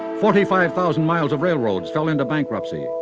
forty five thousand miles of railroads fell into bankruptcy.